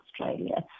Australia